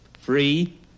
Free